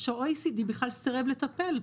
שה-OECD בכלל סירב לטפל.